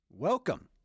Welcome